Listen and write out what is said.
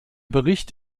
bericht